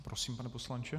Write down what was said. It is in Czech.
Prosím, pane poslanče.